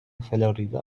فلوریدا